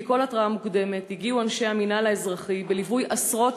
בלי כל התראה מוקדמת הגיעו אנשי המינהל האזרחי בליווי עשרות